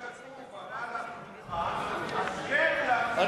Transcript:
כתוב: הבא להחרימך, השכם להחרימו.